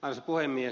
arvoisa puhemies